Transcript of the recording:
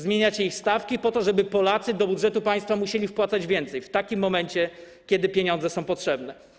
Zmieniacie ich stawki po to, żeby Polacy do budżetu państwa musieli wpłacać więcej, w takim momencie, kiedy pieniądze są potrzebne.